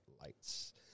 lights